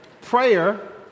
Prayer